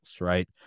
right